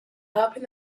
helping